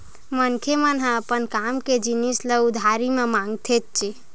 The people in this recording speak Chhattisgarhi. मनखे मन ह अपन काम के जिनिस ल उधारी म मांगथेच्चे